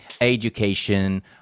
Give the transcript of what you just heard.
education